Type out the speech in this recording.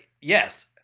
yes